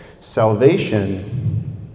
salvation